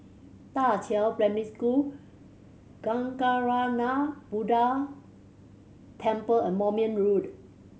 Da Qiao Primary School Kancanarama Buddha Temple and Moulmein Road